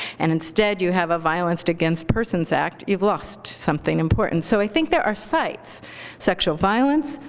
and instead you have a violence against persons act, you've lost something important. so i think there are sites sexual violence,